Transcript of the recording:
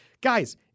Guys